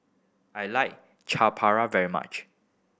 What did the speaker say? I like Chaat Papri very much